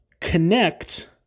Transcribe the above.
connect